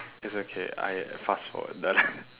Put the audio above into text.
it's okay I fast forward the